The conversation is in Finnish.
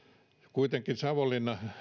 kuitenkin savonlinna